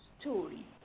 story